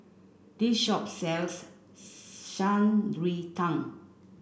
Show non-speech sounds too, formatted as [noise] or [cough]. this shop sells [unintelligible] Shan Rui Tang